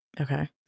Okay